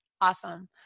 Awesome